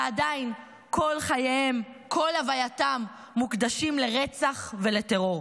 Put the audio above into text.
ועדיין כל חייהם, כל הווייתם מוקדשים לרצח ולטרור.